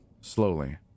slowly